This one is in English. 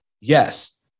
Yes